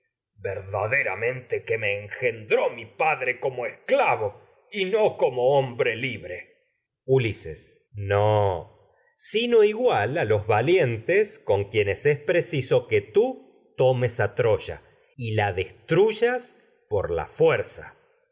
verdaderamente que como me engendró mi padre esclavo y no como hombre libre ulises no sino igual a los valientes y con quienes por es preciso que til tomes a troya la destruyas la fuerza